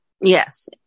Yes